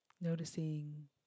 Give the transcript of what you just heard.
noticing